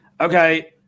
Okay